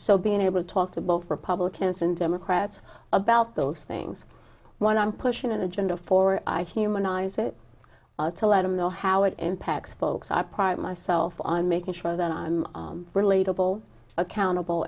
so being able to talk to both republicans and democrats about those things when i'm pushing an agenda for humanize it to let them know how it impacts folks i pride myself on making sure that i'm relatable accountable